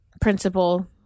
principal